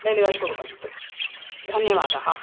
deliver कुर्वन्तु धन्यवादः